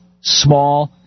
small